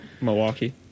Milwaukee